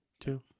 two